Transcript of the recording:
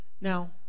Now